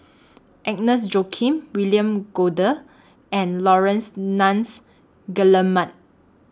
Agnes Joaquim William Goode and Laurence Nunns Guillemard